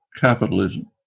capitalism